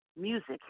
music